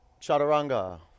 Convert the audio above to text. chaturanga